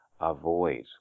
avoid